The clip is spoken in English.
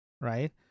Right